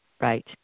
right